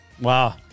Wow